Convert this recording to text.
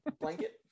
blanket